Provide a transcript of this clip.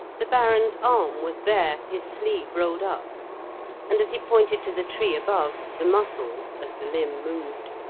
the baron's arm was bare, his sleeve rolled up and as he pointed to the tree above, the muscles, as the limb moved,